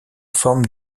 forme